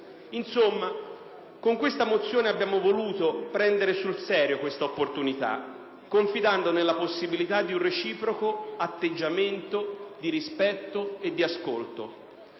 Valori. Con questa mozione abbiamo voluto prendere sul serio tale opportunità confidando nella possibilità di un reciproco atteggiamento di rispetto e di ascolto.